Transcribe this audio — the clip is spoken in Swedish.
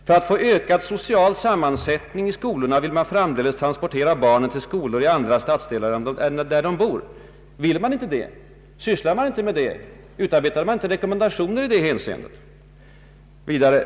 ”För att få ökad social jämlikhet i sammansättningen i skolorna, vill man”, sade herr Holmberg, ”framdeles transportera barn till skolor i andra stadsdelar än där de bor.” — Vill man inte det? Sysslar man inte med det? Utarbetar man inte rekommendationer i det hänseendet?